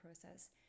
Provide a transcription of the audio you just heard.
process